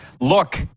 Look